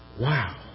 wow